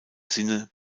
sinne